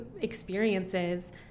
experiences